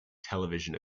television